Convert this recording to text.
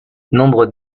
nombres